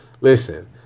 Listen